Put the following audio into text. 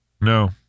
No